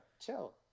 Chill